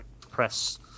press